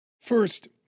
First